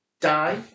die